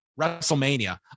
WrestleMania